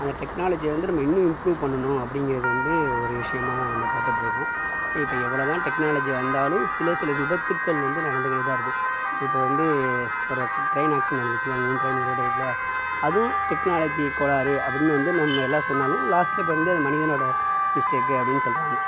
அந்த டெக்னாலஜி வந்து நம்ம இன்னும் இம்ப்ரூவ் பண்ணணும் அப்படிங்கிறது வந்து ஒரு விஷயமா நம்ம பார்த்துட்டு இருக்கோம் இப்போ எவ்வளோதான் டெக்னாலஜி வந்தாலும் சிலசில விபத்துகள் வந்து நடந்துகிட்டுதான் இருக்குது இப்போ வந்து ஒரு ட்ரைன் ஆக்சிடென்ட் நடந்துச்சு இல்லையா மூணு ட்ரைன் ஒரே டயத்தில் அதுவும் டெக்னாலஜி கோளாறு அப்படினு வந்து நம்ம எல்லாரும் சொன்னாலும் லாஸ்ட்ல இப்போ வந்து அது மனிதனோட மிஸ்டேக் அப்படினு சொல்கிறாங்க